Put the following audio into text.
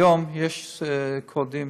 היום יש קודים